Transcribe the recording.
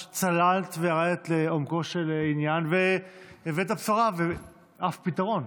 צללת וירדת לעומקו של עניין והבאת בשורה ואף פתרון.